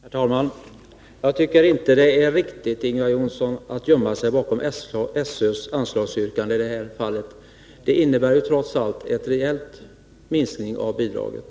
Herr talman! Jag tycker inte att det är riktigt att gömma sig bakom SÖ:s anslagsyrkande i det här fallet. Det innebär ju trots allt en rejäl minskning av bidraget.